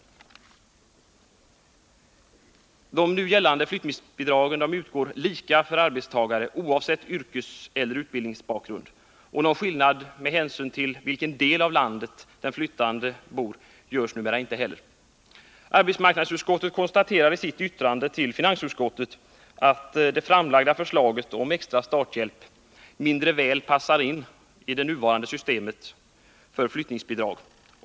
De nu gällande flyttningsbidragen utgår lika för arbetstagare oavsett yrkeseller utbildningsbakgrund. Någon skillnad med hänsyn till vilken del av landet den flyttande bor i görs numera inte heller. Arbetsmarknadsutskottet konstaterar i sitt yttrande till finansutskottet att det framlagda förslaget om extra starthjälp mindre väl passar in i det nuvarande systemet för flyttningsbidrag.